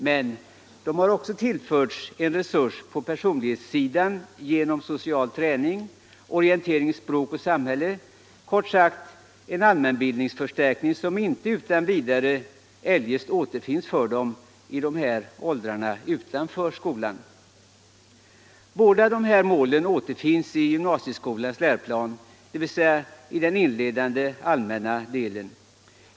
Men de har också tillförts en resurs på personlighetssidan genom social träning samt orientering i språk och samhälle, kort sagt en allmänbildningsförstärkning, somjinte utan vidare eljest återfinns för ungdomar i dessa åldrar utanför skolan. Båda dessa mål återfinns i gymnasieskolans läroplan i den inledande allmänna delen.